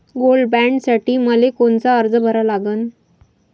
Gold बॉण्डसाठी मले कोनचा अर्ज भरा लागन?